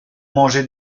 manger